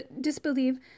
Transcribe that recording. disbelieve